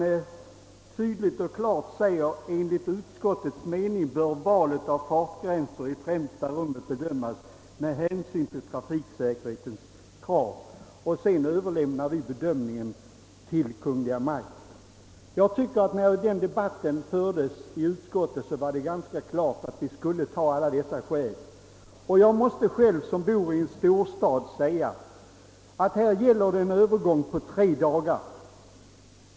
Det står: »Enligt utskottets mening bör valet av fartgränser i främsta rummet bedömas med hänsyn till trafiksäkerhetens krav.» Utskottet framhåller också att frågan bör överlämnas till Kungl. Maj:ts bedömning. Under diskussionen i utskottet stod det, tycker jag, också klart att vi i skrivningen skulle ta hänsyn till alla redovisade skäl. Jag bor själv i en storstad, och jag måste säga: Här gäller det en övergångstid på tre dagar.